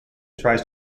tries